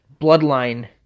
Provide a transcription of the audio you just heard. bloodline